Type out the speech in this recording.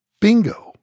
Bingo